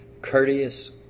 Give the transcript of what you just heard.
courteous